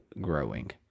growing